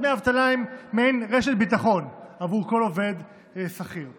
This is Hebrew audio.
דמי אבטלה הם מעין רשת ביטחון עבור כל עובד שכיר.